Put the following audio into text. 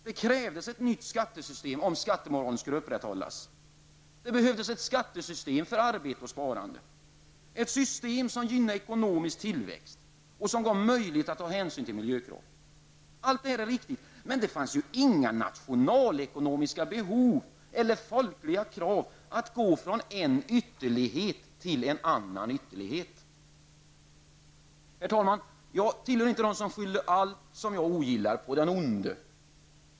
Det krävdes ett nytt skattesystem om skattemoralen skulle kunna upprätthållas. Det behövdes ett nytt skattesystem för att gynna arbete och sparande, ett system som gynnade ekonomisk tillväxt och som gav möjligheter att ta hänsyn till miljökrav. Allt detta var riktigt, men det fanns inga nationalekonomiska behov av eller folkliga krav på att gå från en ytterlighet till en annan. Herr talman! Jag tillhör inte dem som skyller allt som jag ogillar på den onde.